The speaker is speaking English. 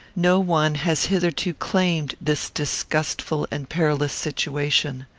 no one has hitherto claimed this disgustful and perilous situation.